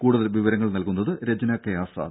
കൂടുതൽ വിവരങ്ങൾ നൽകുന്നത് രജ്ന കെ ആസാദ്